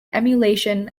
emulation